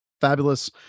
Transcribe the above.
fabulous